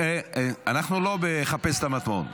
--- אנחנו לא בחפש את המטמון.